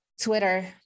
Twitter